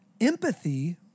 Empathy